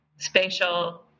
Spatial